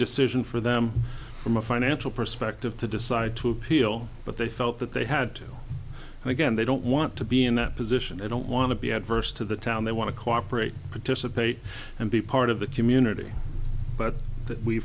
decision for them from a financial perspective to decide to appeal but they felt that they had to and again they don't want to be in that position i don't want to be adverse to the town they want to cooperate participate and be part of the community but